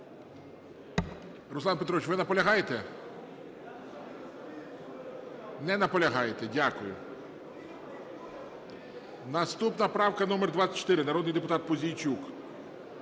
Руслан Петрович, ви наполягаєте? Не наполягаєте. Дякую. Наступна правка номер 24, народний депутат Пузійчук.